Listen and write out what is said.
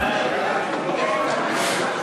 ההצעה להעביר את הצעת